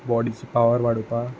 बॉडीची पावर वाडोवपा